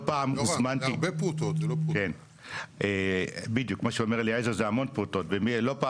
זה המון פרוטות, זה לא פרוטה.